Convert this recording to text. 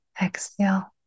exhale